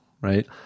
right